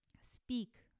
speak